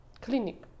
clinic